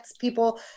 people